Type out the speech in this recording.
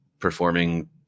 performing